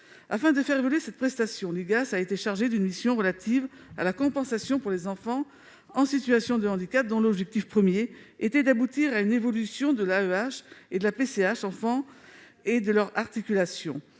Afin de faire évoluer cette prestation, l'IGAS a été chargée d'une mission relative à la compensation pour les enfants en situation de handicap, dont l'objectif premier était d'aboutir à une « évolution de l'AEEH et de la PCH Enfant et de leur articulation